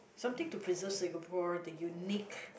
something to preserve Singapore the unique~